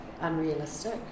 unrealistic